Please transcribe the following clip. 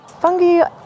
Fungi